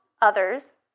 others